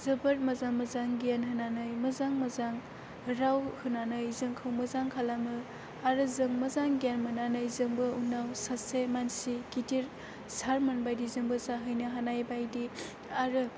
जोबोद मोजां मोजां गियान होनानै मोजां मोजां राव होनानै जोंखौ मोजां खालामो आरो जों मोजां गियान मोननानै जोंबो उनाव सासे मानसि गिदिर सारमोनबायदि जोंबो जाहैनो हानाय बायदि आरो